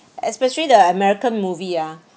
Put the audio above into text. especially the american movie ah